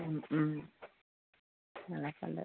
ഉം ഉം അതൊക്കെ ഉണ്ട്